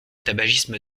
tabagisme